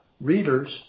readers